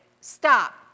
stop